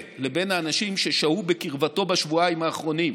לבין האנשים ששהו בקרבתו בשבועיים האחרונים,